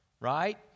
Right